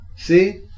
See